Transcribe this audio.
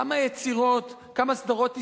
כמה יצירות, כמה סדרות היסטוריות,